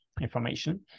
information